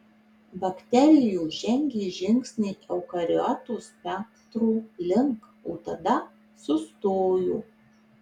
bakterijos žengė žingsnį eukariotų spektro link o tada sustojo